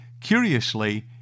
Curiously